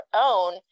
own